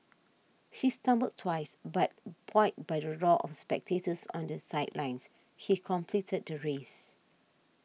he stumbled twice but buoyed by the roar of spectators on the sidelines he completed the race